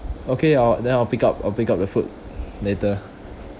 okay I'll then I'll pick up I'll pick up the food later